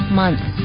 months